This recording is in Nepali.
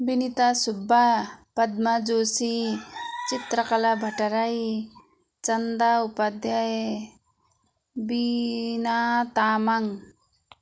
बिनिता सुब्बा पदमा जोसी चित्रकला भट्टराई चन्दा उपाध्याय बिना तामाङ